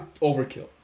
overkill